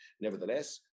Nevertheless